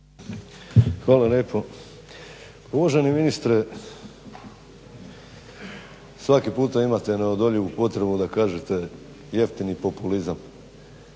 Hvala lijepo. Uvaženi ministre svaki puta imate neodoljivu potrebu da kažete jeftini populizam.